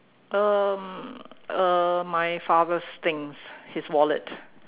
um uh my father's things his wallet